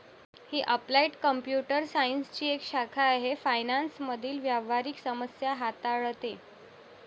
ही applied computer सायन्सची एक शाखा आहे फायनान्स मधील व्यावहारिक समस्या हाताळते